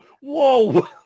whoa